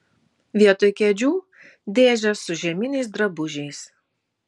vietoj kėdžių dėžės su žieminiais drabužiais